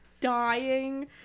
dying